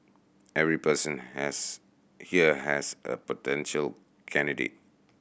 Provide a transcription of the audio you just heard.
every person has here has a potential candidate